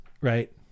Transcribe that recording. right